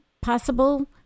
possible